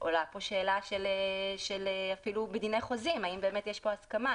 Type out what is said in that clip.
עולה פה שאלה מתחום דיני החוזים האם באמת יש פה הסכמה,